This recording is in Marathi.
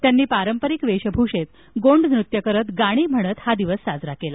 त्यांनी पारंपरिक वेशभूषेत गोंड नृत्य करीत गाणी म्हणत हा दिवस साजरा केला